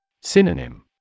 Synonym